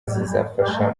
zizafasha